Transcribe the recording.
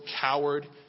coward